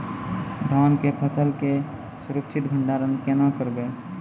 धान के फसल के सुरक्षित भंडारण केना करबै?